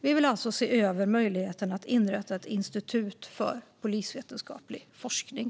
Vi vill alltså se över möjligheterna att inrätta ett institut för polisvetenskaplig forskning.